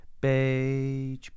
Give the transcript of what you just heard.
beige